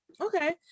Okay